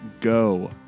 Go